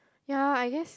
ya I guess